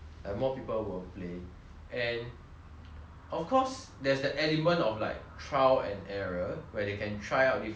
of course there's the element of like trial and error where they can try out different pattern different line up different kind of